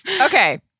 Okay